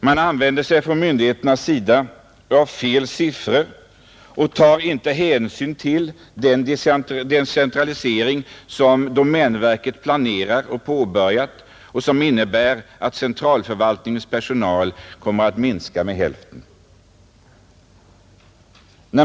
Myndigheterna använder sig av felaktiga siffror och tar inte hänsyn till den decentralisering som domänverket planerat och påbörjat och som innebär att centralförvaltningens personal kommer att minska med hälften.